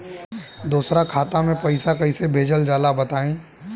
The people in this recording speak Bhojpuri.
दोसरा खाता में पईसा कइसे भेजल जाला बताई?